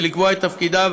ולקבוע את תפקידיו